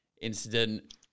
incident